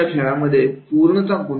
ते अशा खेळामध्ये पूर्णतः